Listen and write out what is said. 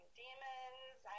demons